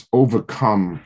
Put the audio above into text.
overcome